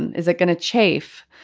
and is it going to chafe?